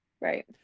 Right